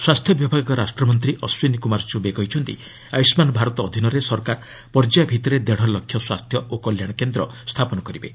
ସ୍ୱାସ୍ଥ୍ୟ ବିଭାଗ ରାଷ୍ଟ୍ରମନ୍ତ୍ରୀ ଅଶ୍ୱିନୀ କୁମାର ଚୁବେ କହିଛନ୍ତି ଆୟୁଷ୍କାନ୍ ଭାରତ ଅଧୀନରେ ସରକାର ପର୍ଯ୍ୟାୟ ଭିଭିରେ ଦେଢ଼ ଲକ୍ଷ ସ୍ୱାସ୍ଥ୍ୟ ଓ କଲ୍ୟାଣ କେନ୍ଦ୍ର ସ୍ଥାପନ କରିବେ